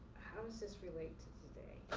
how does this relate to today?